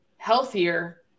healthier